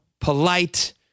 polite